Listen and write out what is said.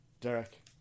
Derek